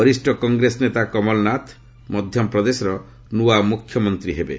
ବରିଷ୍ଣ କଂଗ୍ରେସ ନେତା କମଲନାଥ ମଧ୍ୟପ୍ରଦେଶର ନୂଆ ମୁଖ୍ୟମନ୍ତ୍ରୀ ହେବେ